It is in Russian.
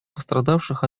пострадавших